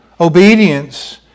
obedience